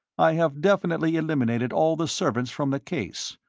i have definitely eliminated all the servants from the case.